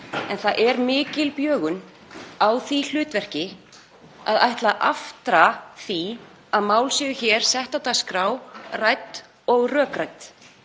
en það er mikil bjögun á því hlutverki að ætla að aftra því að mál séu sett á dagskrá, rædd og rökrædd.